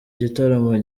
gitaramo